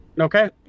okay